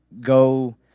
go